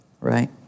Right